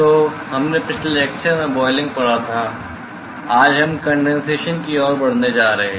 तो हमने पिछले लेक्चर में बोईलिंग पढ़ा था आज हम कंडेंसेशन की ओर बढ़ने जा रहे हैं